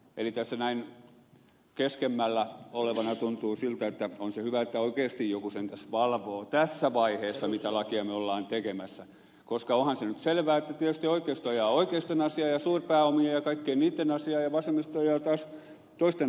eli tässä näin keskemmällä olevana tuntuu siltä että on se hyvä että oikeasti joku sentään valvoo tässä vaiheessa mitä lakia me olemme tekemässä koska onhan se nyt selvää että tietysti oikeisto ajaa oikeiston asiaa ja suurpääomien ja kaikkien niitten asiaa ja vasemmisto ajaa taas toisten asiaa